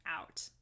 out